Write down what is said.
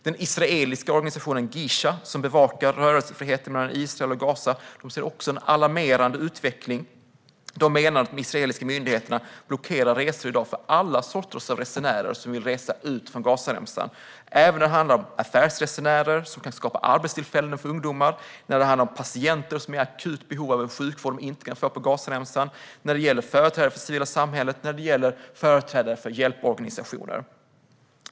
Den israeliska organisationen Gisha, som bevakar rörelsefriheten mellan Israel och Gaza, ser också en alarmerande utveckling. De menar att de israeliska myndigheterna i dag blockerar resor för alla sorters resenärer som vill resa ut från Gazaremsan - även när det handlar om affärsresenärer som kan skapa arbetstillfällen för ungdomar, patienter som är i akut behov av sjukvård de inte kan få på Gazaremsan och företrädare för det civila samhället eller hjälporganisationer.